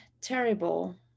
terrible